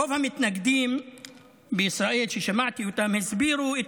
רוב המתנגדים בישראל ששמעתי אותם הסבירו את